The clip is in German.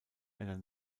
einer